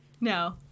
No